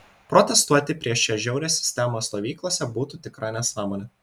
protestuoti prieš šią žiaurią sistemą stovyklose būtų tikra nesąmonė